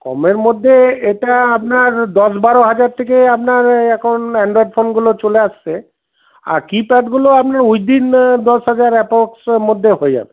কমের মধ্যে এটা আপনার দশ বারো হাজার থেকে আপনার এখন অ্যান্ড্রয়েড ফোনগুলো চলে আসবে আর কিপ্যাডগুলো আপনার উইদিন দশ হাজার অ্যাপরক্সের মধ্যে হয়ে যাবে